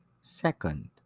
Second